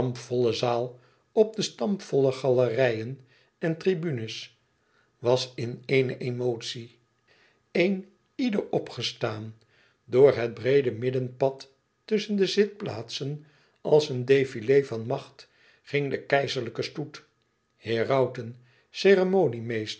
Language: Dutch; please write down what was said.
zaal op de stampvolle galerijen en tribunes was in éene emotie een ieder opgestaan door het breede middenpad tusschen de zitplaatsen als een défilé van macht ging de keizerlijke stoet herauten